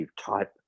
type